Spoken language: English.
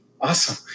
Awesome